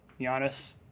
Giannis